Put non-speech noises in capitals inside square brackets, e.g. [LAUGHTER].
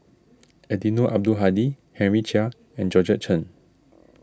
[NOISE] Eddino Abdul Hadi Henry Chia and Georgette Chen